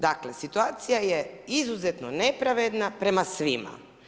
Dakle, situacija je izuzetno nepravedna prema svima.